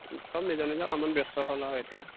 সব নিজৰ নিজৰ কামত ব্যস্ত হ'ল আৰু এতিয়া